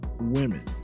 women